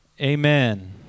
Amen